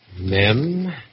Mem